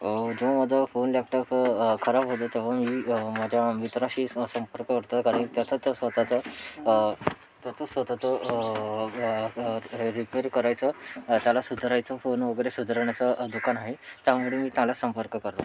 जेव्हा माझा phone laptop खराब होतो तेव्हा मी माझ्या मित्राशी संपर्क करतो कारण त्याचा तर त्याचा स्वत चा त्याचा स्वत चा रिपेयर करायचा त्याला सुधरायचा फोन वगैरे सुधरवण्याचा दुकान आहे त्यामुळे मी त्याला संपर्क करतो